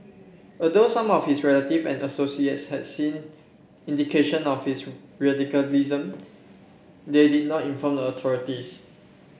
although some of his relatives and associates has seen indications of his radicalism they did not inform the authorities